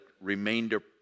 remainder